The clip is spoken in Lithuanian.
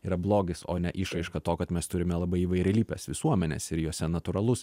yra blogis o ne išraiška to kad mes turime labai įvairialypes visuomenes ir jose natūralus